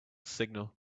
signal